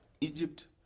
Egypt